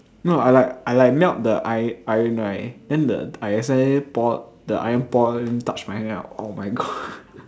no I like I like melt the iron right then the I accidentally pour the iron pour then touch my hand oh my god